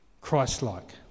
christ-like